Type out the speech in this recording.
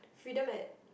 Freedom at